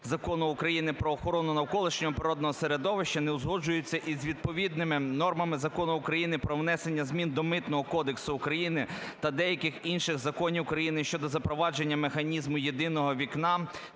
Закону України "Про охорону навколишнього природного середовища" не узгоджується із відповідними нормами Закону України "Про внесення змін до Митного кодексу України та деяких інших законів України щодо запровадження механізму "єдиного вікна"